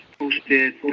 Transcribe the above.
posted